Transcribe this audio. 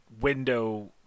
window